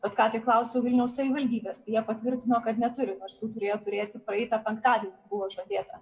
vat kątik klausiau vilniaus savivaldybės jie patvirtino kad neturi nors jau turėjo turėti praeitą penktadienį buvo žadėta